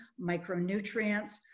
micronutrients